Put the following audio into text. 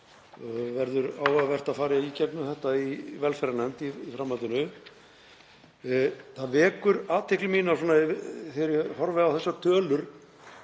verður áhugavert að fara í gegnum það í velferðarnefnd í framhaldinu. Það vekur athygli mína þegar ég horfi á þessar tölur